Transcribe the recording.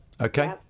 Okay